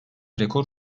rekor